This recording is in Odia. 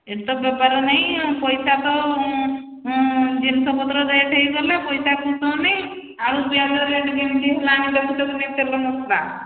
ଏଠି ତ ବେପାର ନାହିଁ ଆଉ ପଇସା ତ ଜିନିଷପତ୍ର ରେଟ୍ ହେଇଗଲେ ପଇସା ଅଣ୍ଟଉନି ଆଳୁ ପିଆଜ ରେଟ୍ କେମିତି ହେଲାଣି ଦେଖୁଛ ନା ନାଇଁ ତେଲ ମସଲା